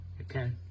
Okay